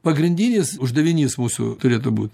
pagrindinis uždavinys mūsų turėtų būt